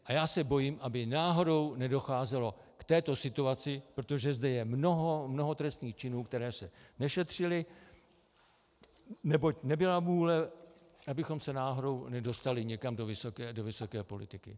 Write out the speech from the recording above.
A já se bojím, aby náhodou nedocházelo k této situaci, protože zde je mnoho trestných činů, které se nešetřily, neboť nebyla vůle, abychom se náhodou nedostali někam do vysoké politiky.